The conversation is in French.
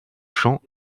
chant